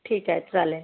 ठीक आहे चालेल